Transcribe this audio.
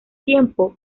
tiempo